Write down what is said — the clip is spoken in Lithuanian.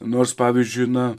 nors pavyzdžiui na